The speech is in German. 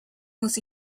muss